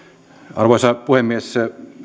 arvoisa puhemies hyvät